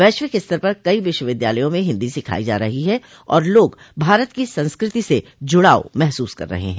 वैश्विक स्तर पर कई विश्वविद्यालयों में हिन्दी सिखाई जा रही है और लोग भारत की संस्कृति से जुड़ाव महसूस कर रहे हैं